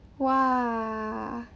!wah!